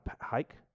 hike